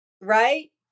right